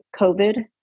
COVID